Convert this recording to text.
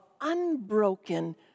unbroken